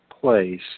place